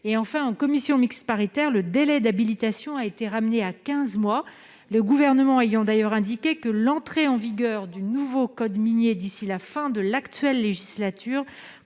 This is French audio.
et enfin en commission mixte paritaire, le délai d'habilitation a été ramenée à 15 mois, le gouvernement ayant d'ailleurs indiqué que l'entrée en vigueur du nouveau code minier d'ici la fin de l'actuelle législature